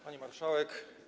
Pani Marszałek!